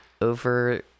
over